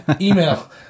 email